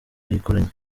bayikoranye